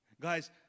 guys